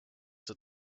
that